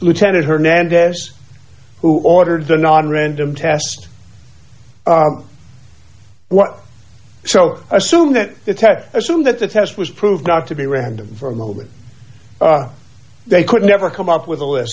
lieutenant hernandez who ordered the nonrandom test what so i assume that the tech assumed that the test was proved not to be random for a moment they could never come up with a list